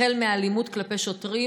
החל מהאלימות כלפי שוטרים,